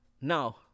Now